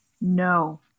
No